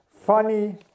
funny